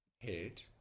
head